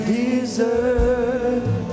deserve